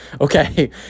Okay